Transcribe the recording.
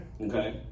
Okay